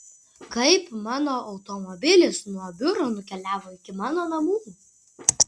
kaip mano automobilis nuo biuro nukeliavo iki mano namų